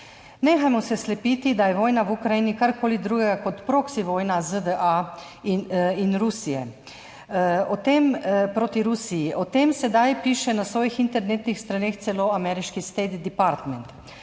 Nehajmo se slepiti, da je vojna v Ukrajini karkoli drugega kot proxy vojna ZDA proti Rusiji. O tem sedaj piše na svojih internetnih straneh celo ameriški State Department.